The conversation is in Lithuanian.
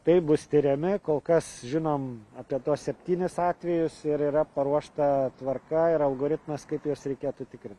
taip bus tiriami kol kas žinom apie tuos septynis atvejus ir yra paruošta tvarka ir algoritmas kaip juos reikėtų tikrint